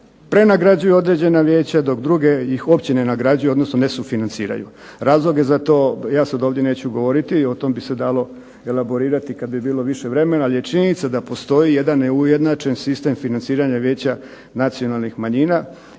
prenagrađuju određena vijeća, dok druge ih općine nagrađuju, odnosno nesufinanciraju. Razloge za to, ja sad ovdje neću govoriti, o tom bi se dalo elaborirati kad bi bilo više vremena, ali je činjenica da postoji jedan neujednačen sistem financiranja Vijeća nacionalnih manjina,